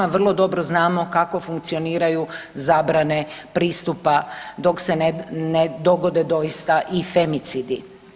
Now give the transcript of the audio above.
Vrlo dobro znamo kako funkcioniraju zabrane pristupa dok se ne dogode doista i femicidi.